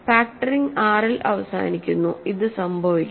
factoring R ൽ അവസാനിക്കുന്നു ഇത് സംഭവിക്കണം